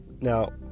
Now